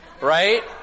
Right